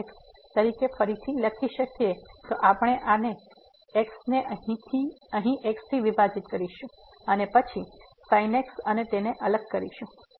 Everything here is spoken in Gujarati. તેથી આપણે આ x ને અહીં x થી વિભાજીત કરીશું અને પછી sin x અને તેને અલગ કરીશું